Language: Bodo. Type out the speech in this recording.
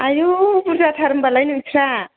आयौ बुरजाथार होम्बालाय नोंस्रा